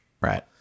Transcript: Right